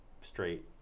straight